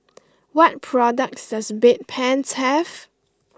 what products does Bedpans have